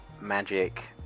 magic